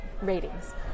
ratings